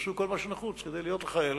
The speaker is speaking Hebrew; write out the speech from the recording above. יעשו כל מה שנחוץ כדי להיות לכאלה,